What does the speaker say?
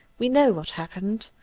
we know what happened.